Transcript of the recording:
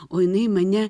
o jinai mane